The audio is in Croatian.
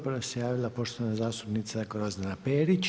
Prva se javila poštovana zastupnica Grozdana Perić.